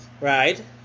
Right